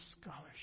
scholarship